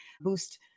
boost